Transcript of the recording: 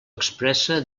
expressa